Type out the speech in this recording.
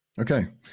Okay